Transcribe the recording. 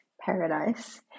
Paradise